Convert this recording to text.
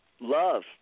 love